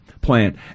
plan